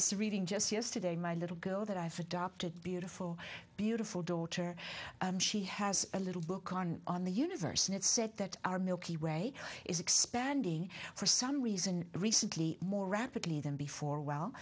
taurus reading just yesterday my little girl that i've adopted beautiful beautiful daughter and she has a little book on the universe and it said that our milky way is expanding for some reason recently more rapidly than before well